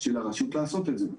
של הרשות המקומית לעשות את זה.